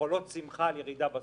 במחולות שמחה על ירידה בסוציו.